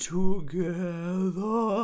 together